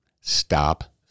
Stop